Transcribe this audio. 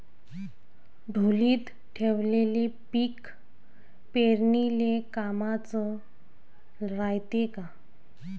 ढोलीत ठेवलेलं पीक पेरनीले कामाचं रायते का?